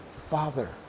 father